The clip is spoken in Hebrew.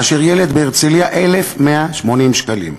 וילד בהרצליה, 1,180 שקלים.